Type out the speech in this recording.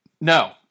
No